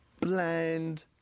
Bland